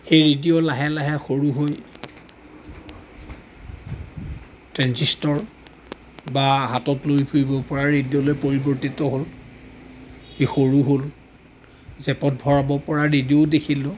সেই ৰেডিঅ' লাহে লাহে সৰু হৈ ট্ৰেঞ্চিস্টৰ বা হাতত লৈ ফুৰিব পৰা ৰেডিঅ'লৈ পৰিৱৰ্তিত হ'ল ই সৰু হ'ল জেপত ভৰাব পৰা ৰেডিঅ'ও দেখিলোঁ